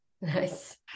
Nice